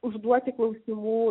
užduoti klausimų